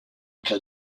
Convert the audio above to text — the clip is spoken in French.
cas